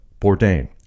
Bourdain